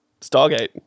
Stargate